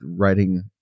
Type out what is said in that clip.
writing